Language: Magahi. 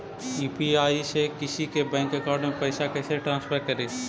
यु.पी.आई से किसी के बैंक अकाउंट में पैसा कैसे ट्रांसफर करी?